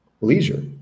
leisure